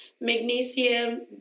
magnesium